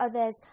others